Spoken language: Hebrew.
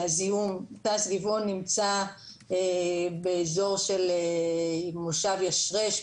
תע"ש גבעון נמצא באזור של מושב ישרש,